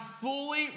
fully